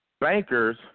bankers